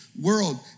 world